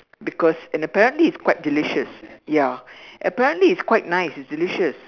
because and apparently it's quite delicious ya apparently it's quite nice it's delicious